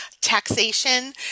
taxation